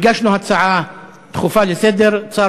הגשנו הצעה דחופה לסדר-היום.